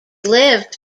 lived